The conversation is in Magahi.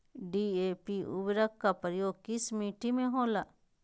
डी.ए.पी उर्वरक का प्रयोग किस मिट्टी में होला?